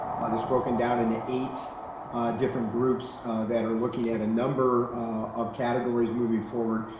it's broken down into eight different groups that are looking at a number of categories moving forward,